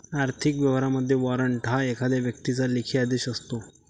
आर्थिक व्यवहारांमध्ये, वॉरंट हा एखाद्या व्यक्तीचा लेखी आदेश असतो